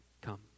come